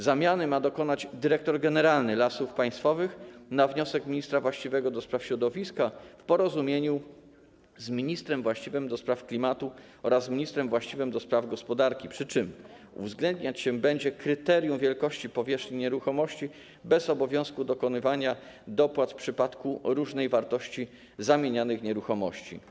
Zamiany ma dokonywać dyrektor generalny Lasów Państwowych na wniosek ministra właściwego do spraw środowiska w porozumieniu z ministrem właściwym do spraw klimatu oraz ministrem właściwym do spraw gospodarki, przy czym uwzględniać się będzie kryterium wielkości powierzchni nieruchomości, bez obowiązku dokonywania dopłat w przypadku różnej wartości zamienianych nieruchomości.